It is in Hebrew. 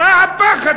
מה הפחד?